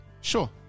Sure